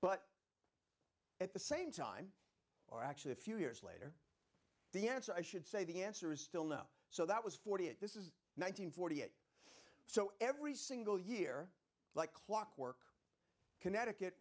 but at the same time or actually a few years later the answer i should say the answer is still no so that was forty eight this is nine hundred and forty eight so every single year like clockwork connecticut